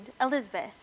elizabeth